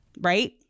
Right